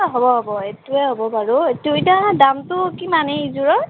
এ হ'ব হ'ব এইটোৱে হ'ব বাৰু এইটো এতিয়া দামটো কিমান এইযোৰৰ